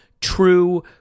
true